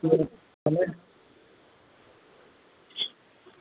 હા ભલે